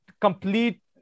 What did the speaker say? complete